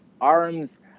arms